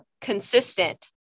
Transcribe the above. consistent